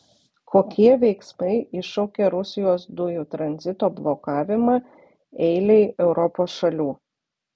kokie veiksmai iššaukė rusijos dujų tranzito blokavimą eilei europos šalių